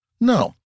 No